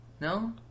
No